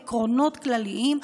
עקרונות כלליים,